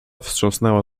wstrząsnęła